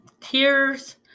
tears